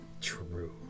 True